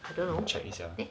让我 check 一下